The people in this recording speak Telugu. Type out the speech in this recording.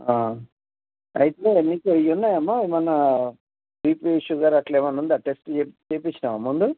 అయితే నీకు ఇవి ఉన్నాయా అమ్మ ఏమన్న బీపీ షుగరు అట్ల ఏమన్న ఉందా టెస్ట్లు చేపి చేపించినావా ముందు